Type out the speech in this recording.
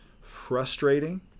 frustrating